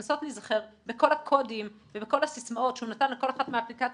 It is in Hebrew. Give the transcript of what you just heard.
לנסות להיזכר בכל הקודים ובכל הסיסמאות שהוא נתן לכל אחת מהאפליקציות,